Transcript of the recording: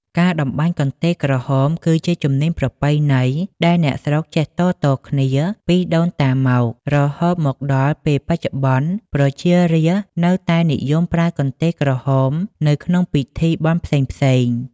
ការតម្បាញកន្ទេលក្រហមគឺជាជំនាញប្រពៃណីដែលអ្នកស្រុកចេះតៗគ្នាពីដូនតាមក រហូតមកដល់ពេលបច្ចុប្បន្នប្រជារាស្ត្រនៅតែនិយមប្រើកន្ទេលក្រហមនៅក្នុងពិធីបុណ្យផ្សេងៗ ។